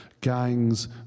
gangs